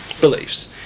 beliefs